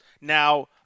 Now